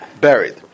buried